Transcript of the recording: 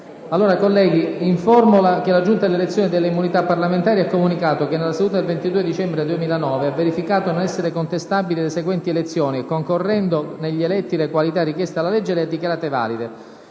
nuova finestra"). Informo che la Giunta delle elezioni e delle immunità parlamentari ha comunicato che, nella seduta odierna, ha verificato non essere contestabili le seguenti elezioni e, concorrendo negli eletti le qualità richieste dalla legge, le ha dichiarate valide: